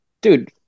dude